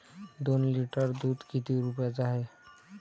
दोन लिटर दुध किती रुप्याचं हाये?